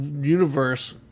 universe